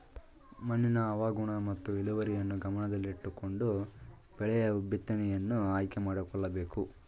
ಮಣ್ಣಿನ ಹವಾಗುಣ ಮತ್ತು ಇಳುವರಿಯನ್ನು ಗಮನದಲ್ಲಿಟ್ಟುಕೊಂಡು ಬೆಳೆಯ ಬಿತ್ತನೆಯನ್ನು ಆಯ್ಕೆ ಮಾಡಿಕೊಳ್ಳಬೇಕು